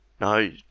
No